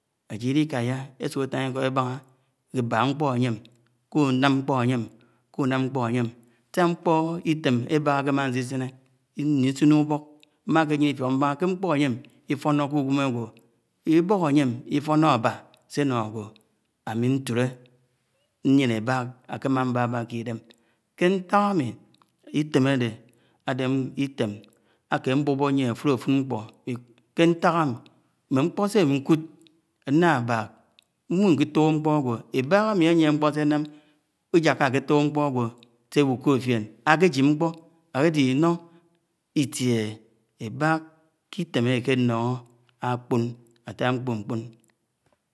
Aji̱d íli̱káyá esúk étáṉ íkọ ébáḥá éḅák ṉkpọ áyém kúnám ṇkpo̱ áyém kúṉám ṉkpọ áyém kúṉám ṉkpọ áyém sìá nkpọ itém ébák ákẹ mmó asisiné ámị ṇsinésiṇ úbọk mmáke yie ifíọk mbáhá ké nkpọ áyém ifọnọ ké ugwém agwọ ibọk áyem ífóṇọ ífoṇọ abá se eno agwo ami ntule nyene ebak ake mma baba ke idém ke nták mi, itém ade ade item ake abobo yien afúdafúd ṇkpó ke ṇták mme ṇkpọ se ámi nkúd ami nṇá bák nwó ké túk ṇkpọ ag̱wọ ébák ami anie nkpo se nam iyaka áketúk nkpọ agwo se ewukod fien ákéjib nkpọ áde iṇo itiéhé iyém énénọh akpọn attáh nkpoṇkpọn.